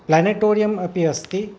प्लेनेटोरियमपि अस्ति